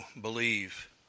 believe